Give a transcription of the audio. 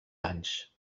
anys